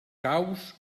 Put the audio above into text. caus